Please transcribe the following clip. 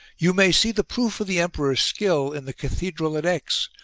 you may see the proof of the emperor's skill in the cathedral at aix,